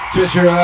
Switcher